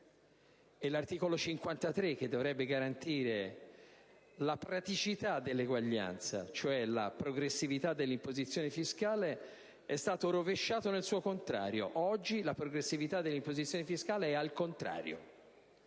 Costituzione, che dovrebbe garantire la messa in pratica dell'eguaglianza, cioè la progressività dell'imposizione fiscale, è stato rovesciato nel suo contrario: oggi la progressività dell'imposizione fiscale è al contrario,